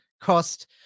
cost